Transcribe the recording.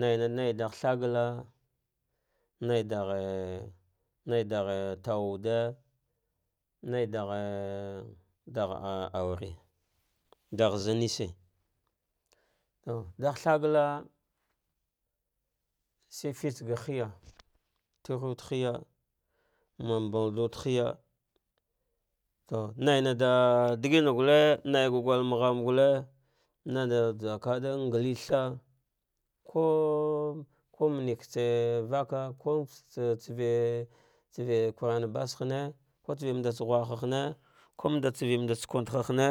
Naina nai ɗagh thagla naiɗaghe naiɗaghe lauwude naiɗaghe ɗagh ah aure vagh zanishi to ɗagh sthagla shi fitse ga hiya tuhiwaɗ triya mba mbai chwuɗ hiya, to nauɗa chigima gulled naiga gwalmaghma gulle naɗa vas kaɗa bgah tha kau kumnetse vaka katse tsave tsave kuranbasahane ko tsale tsamanɗa tsa ghuha hane, komɗe tsave kunve harhanne